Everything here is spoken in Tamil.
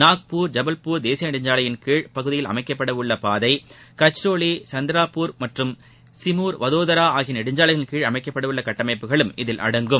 நாக்பூர் ஜபல்பூர் தேசிய நெடுஞ்சாலையின் கீழ் பகுதியில் அமைக்கப்பட உள்ள பாதை கட்ச்ரோலி சந்திராபூர் மற்றும் சிமூர் வதோதரா ஆகிய நெடுஞ்சாலைகளின் கீழ் அமைக்கப்பட உள்ள கட்டமைப்புகளும் இதில் அடங்கும்